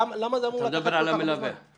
למה זה אמור לקחת כל כך הרבה זמן?